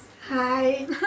hi